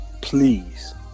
please